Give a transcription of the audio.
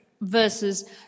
versus